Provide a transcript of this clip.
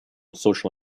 social